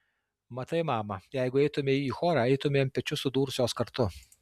matai mama jeigu eitumei į chorą eitumėm pečius sudūrusios kartu